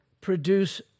produce